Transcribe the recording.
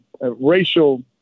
racial